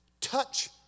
touch